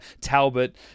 Talbot